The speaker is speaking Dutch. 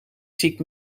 ziek